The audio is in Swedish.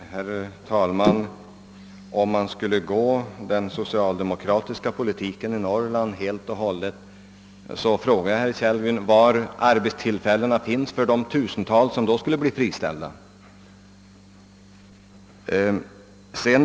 Herr talman! Om man skulle följa den socialdemokratiska politiken i Norrland helt och hållet, så vill jag fråga herr Kellgren var arbetstillfällena finns för de tusental, som då skulle bli friställda.